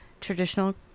traditional